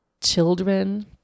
children